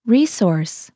Resource